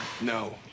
No